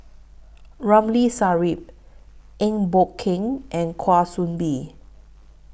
Ramli Sarip Eng Boh Kee and Kwa Soon Bee